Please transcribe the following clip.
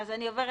ב-(ג)